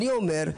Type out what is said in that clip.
אני אומר,